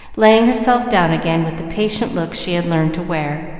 laying herself down again, with the patient look she had learned to wear,